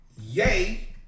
Yay